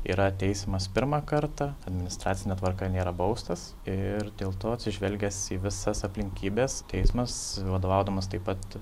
yra teismas pirmą kartą administracine tvarka nėra baustas ir dėl to atsižvelgęs į visas aplinkybes teismas vadovaudamas taip pat